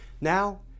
Now